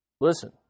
listen